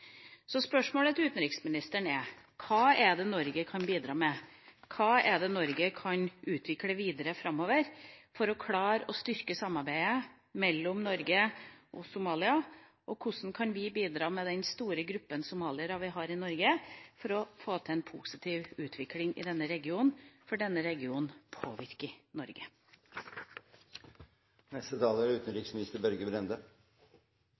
til utenriksministeren er: Hva er det Norge kan bidra med? Hva er det Norge kan utvikle videre framover for å klare å styrke samarbeidet mellom Norge og Somalia? Og hvordan kan vi, med den store gruppa somaliere vi har i Norge, bidra for å få til en positiv utvikling i denne regionen, for denne regionen påvirker Norge? Jeg takker interpellanten for å sette Somalia på dagsordenen. Det er